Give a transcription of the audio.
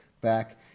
back